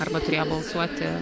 arba turėjo balsuoti